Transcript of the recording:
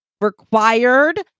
required